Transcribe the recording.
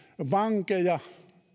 vankeja